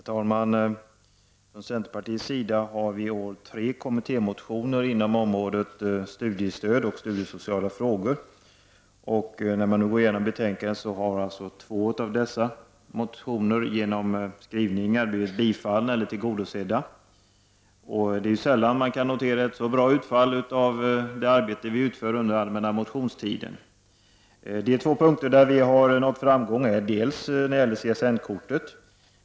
Herr talman! Centerpartiet har i år tre kommittémotioner inom området studiestöd och studiesociala frågor. När man går igenom betänkandet finner man att två av dessa motioner har blivit tillstyrkta eller tillgodosedda genom skrivningar. Det är sällan man kan notera ett så bra utfall av det arbete vi utför under allmänna motionstiden. Den ena punkt som vi har nått framgång på gäller CSN-kortet.